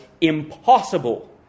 impossible